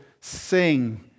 sing